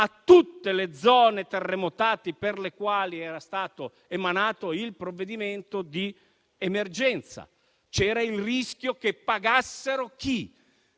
tutte le zone terremotate per le quali era stato emanato il provvedimento di emergenza. C'era il rischio che pagassero i